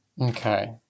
Okay